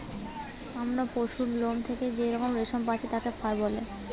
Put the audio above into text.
আমরা পশুর লোম থেকে যেই রেশম পাচ্ছি তাকে ফার বলে